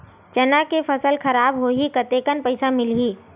चना के फसल खराब होही कतेकन पईसा मिलही?